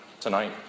tonight